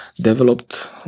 developed